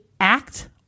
act